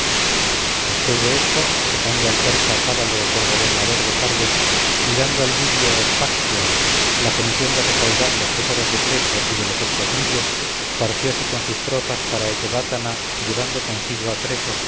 después de esto dejando al persa tábalo por gobernador de sardes y dando al lidio páctyas la comisión de recaudar los tesoros de creso y de los otros lidios partióse con sus tropas para ecbátana llevando consigo a creso